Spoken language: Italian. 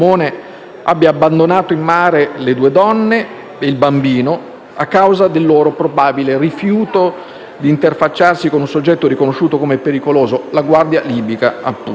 abbia abbandonato in mare le due donne e il bambino a causa del loro probabile rifiuto di interfacciarsi con un soggetto riconosciuto come pericoloso, la Guardia costiera libica, appunto.